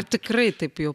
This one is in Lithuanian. tikrai taip jau